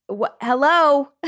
hello